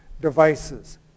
devices